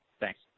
Thanks